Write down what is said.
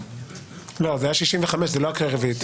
זה היה 65. לא קריאה רביעית.